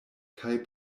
kaj